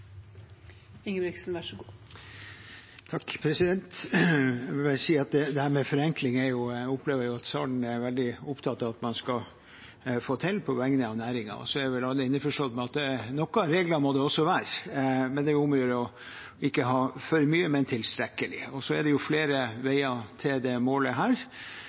veldig opptatt av at man skal få til, på vegne av næringen. Så er vel alle innforstått med at noen regler må det også være, men det er om å gjøre å ikke ha for mye, men tilstrekkelig. Så er det flere veier til dette målet.